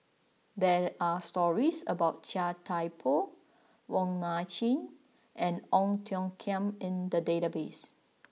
there are stories about Chia Thye Poh Wong Nai Chin and Ong Tiong Khiam in the database